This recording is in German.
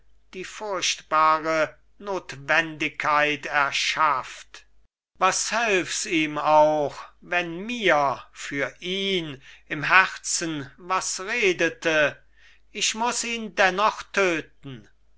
die furchtbare notwendigkeit erschafft was hälfs ihm auch wenn mir für ihn im herzen was redete ich muß ihn dennoch töten